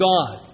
God